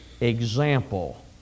Example